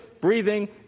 breathing